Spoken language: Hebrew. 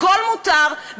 הכול מותר,